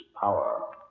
power